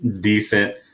decent